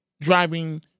driving